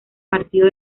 partido